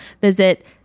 Visit